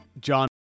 John